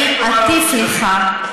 אני אטיף לך.